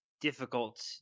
difficult